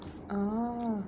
orh